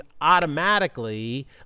automatically